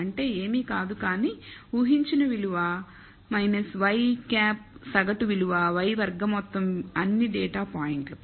అంటే ఏమీ కాదు కానీ ఊహించిన విలువ ŷ సగటు విలువ y వర్గ మొత్తం అన్ని డేటా పాయింట్లపై